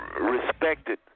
respected